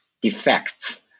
defects